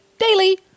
daily